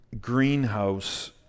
greenhouse